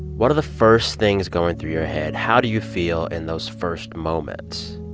what are the first things going through your head? how do you feel in those first moments?